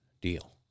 deal